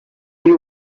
you